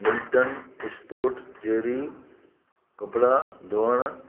Milton स्पॉटजेरी कपिड़ा धोअणु